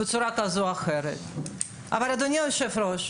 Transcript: בצורה כזו או אחרת אבל אדוני היושב ראש,